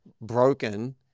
broken